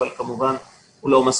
אבל כמובן שהוא לא מספיק.